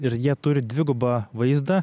ir jie turi dvigubą vaizdą